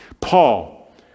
Paul